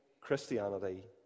Christianity